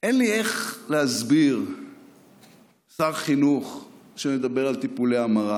אין לי איך להסביר שר חינוך שמדבר על טיפולי המרה